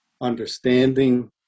understanding